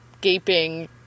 gaping